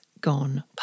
gone